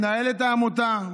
מנהלת העמותה,